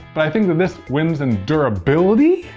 but i think that this wins in durability.